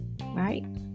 right